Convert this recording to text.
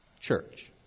church